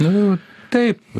nu taip